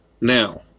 Now